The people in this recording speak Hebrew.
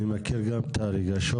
אני מכיר גם את הרגשות.